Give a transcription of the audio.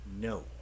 No